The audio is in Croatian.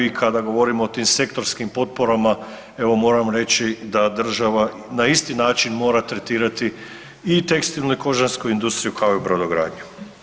I kada govorimo o tim sektorskim potporama evo moram reći da država na isti način mora tretirati i tekstilnu i kožarsku industriju kao i brodogradnju.